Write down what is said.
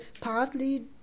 partly